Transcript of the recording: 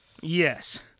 Yes